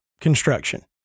construction